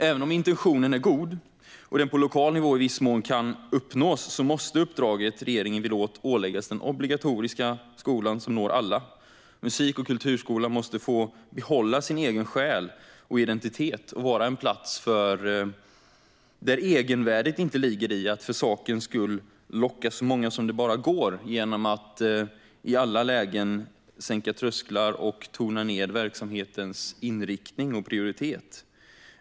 Även om intentionen är god och den på lokal nivå i viss mån kan uppnås måste det uppdrag som regeringen vill åt åläggas den obligatoriska skolan, som når alla. Musik och kulturskolan måste få behålla sin egen själ och identitet och vara en plats där egenvärdet inte ligger i att för sakens skull locka så många som det bara går genom att i alla lägen sänka trösklar och tona ned verksamhetens inriktning och prioritet.